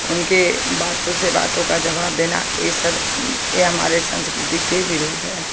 उनके बातों से बातों का जवाब देना यह सब यह हमारे संस्कृति के विरुद्ध है